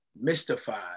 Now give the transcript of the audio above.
mystified